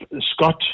scott